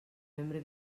membre